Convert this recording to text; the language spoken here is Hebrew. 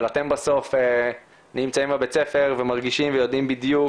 אבל אתם בסוף נמצאים בבית הספר ומרגישים ויודעים בדיוק